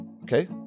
Okay